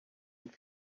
and